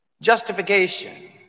Justification